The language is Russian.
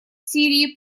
сирии